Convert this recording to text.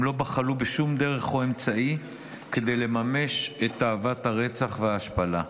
הם לא בחלו בשום דרך או אמצעי כדי לממש את תאוות הרצח וההשפלה.